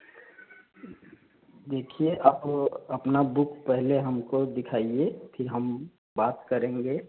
देखिए आप अपना बुक पहले हमको दिखाईए फिर हम बात करेंगे